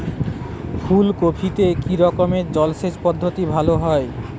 ফুলকপিতে কি রকমের জলসেচ পদ্ধতি ভালো হয়?